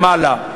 למעלה,